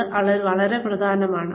അത് വളരെ പ്രധാനമാണ്